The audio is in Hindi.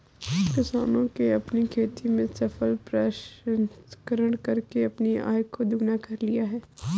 किसानों ने अपनी खेती में फसल प्रसंस्करण करके अपनी आय को दुगना कर लिया है